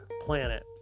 Planet